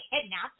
kidnapped